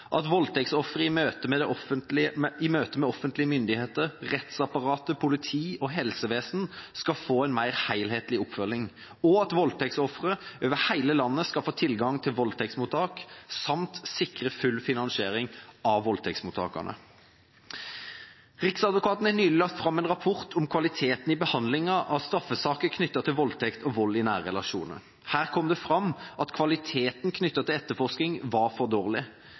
at voldtektsofre i møte med offentlige myndigheter, rettsapparatet, politiet og helsevesenet skal få en mer helhetlig oppfølging, og at voldtektsofre over hele landet skal få tilgang til voldtektsmottak, samt sikre full finansiering av voldtektsmottakene. Riksadvokaten har nylig lagt fram en rapport om kvaliteten i behandlingen av straffesaker knyttet til voldtekt og vold i nære relasjoner. Her kom det fram at kvaliteten knyttet til etterforskning var for dårlig.